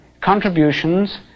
contributions